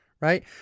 right